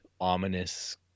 ominous